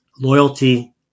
loyalty